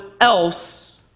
else